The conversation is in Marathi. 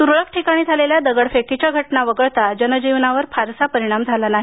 तुरळक ठिकाणी झालेल्या दगडफेकीच्या घटना वगळता जनजीवनावर फारसा परिणाम झाला नाही